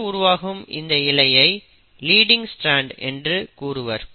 தொடர்ந்து உருவாகும் இந்த இழையை லீடிங் ஸ்ட்ரான்ட் என்று கூறுவர்